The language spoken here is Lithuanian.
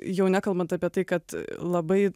jau nekalbant apie tai kad labai